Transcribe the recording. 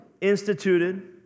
instituted